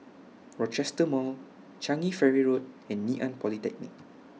Rochester Mall Changi Ferry Road and Ngee Ann Polytechnic